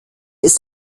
ist